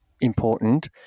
important